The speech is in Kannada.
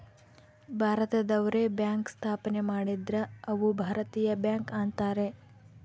ಭಾರತದವ್ರೆ ಬ್ಯಾಂಕ್ ಸ್ಥಾಪನೆ ಮಾಡಿದ್ರ ಅವು ಭಾರತೀಯ ಬ್ಯಾಂಕ್ ಅಂತಾರ